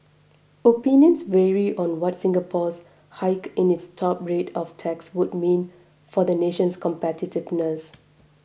opinions vary on what Singapore's hike in its top rate of tax would mean for the nation's competitiveness